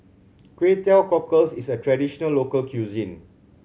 Kway Teow Cockles is a traditional local cuisine